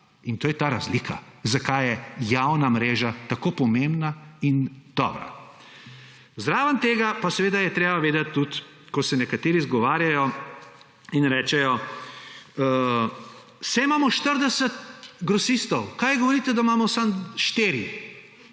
To je ta razlika, zakaj je javna mreža tako pomembna in dobra. Zraven tega pa je treba vedeti še nekaj, ko se nekateri izgovarjajo in rečejo, saj imamo 40 grosistov, kaj govorite, da imamo samo